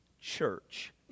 church